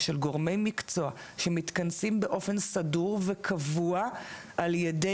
של גורמי מקצוע שמתכנסים באופן סדור וקבוע על ידי